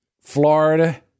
Florida